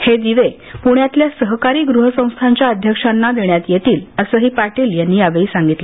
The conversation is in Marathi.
हे दिवे पृण्यातल्या सहकारी गृहसंस्थांच्या अध्यक्षांना देण्यात येतील असंही पाटील यांनी यावेळी सांगितलं